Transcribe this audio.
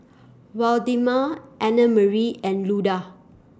Waldemar Annamarie and Luda